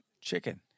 Chicken